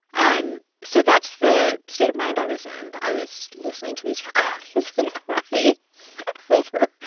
um so that's the state of mind i was in. i was listening to these recordings and crying over